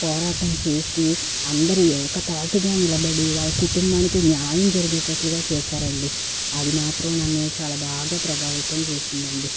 పోరాటం చేసి అందరు ఏకదాటిగా నిలబడి వాళ్ళ కుటుంబానికి న్యాయం జరిగేటట్టుగా చేశారండి అది మాత్రం నన్ను చాలా బాగా ప్రభావితం చేసిందండి